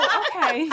okay